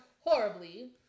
horribly